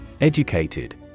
Educated